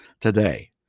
today